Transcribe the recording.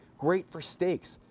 great for steaks.